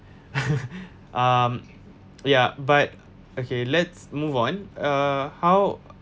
um ya but okay let's move on uh how